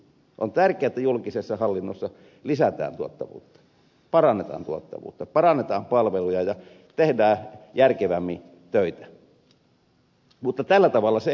on tärkeää että julkisessa hallinnossa lisätään tuottavuutta parannetaan tuottavuutta parannetaan palveluja ja tehdään järkevämmin töitä mutta tällä tavalla se ei toteudu